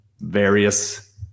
various